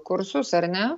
kursus ar ne